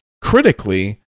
critically